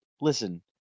listen